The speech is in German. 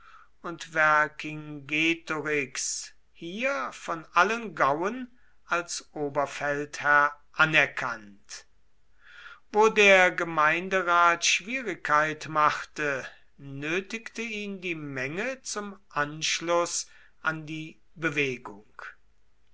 und vercingetorix hier von allen gauen als oberfeldherr anerkannt wo der gemeinderat schwierigkeit machte nötigte ihn die menge zum anschluß an die bewegung